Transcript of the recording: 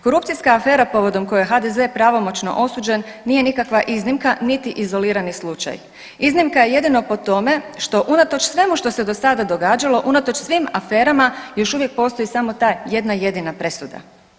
Korupcijska afera povodom koje je HDZ pravomoćno osuđen nije nikakva iznimka niti izolirani slučaj, iznimka je jedino po tome što unatoč svemu što se do sada događalo unatoč svim aferama još uvijek postoji samo ta jedna jedina presuda.